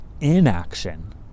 inaction